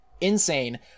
insane